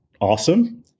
awesome